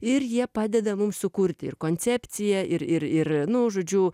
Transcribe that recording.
ir jie padeda mums sukurti ir koncepciją ir ir ir nu žodžiu